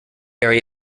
area